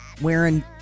wearing